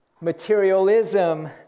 Materialism